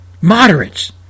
Moderates